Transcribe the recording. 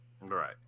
Right